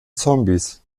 zombies